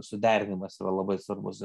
suderinimas yra labai svarbus ir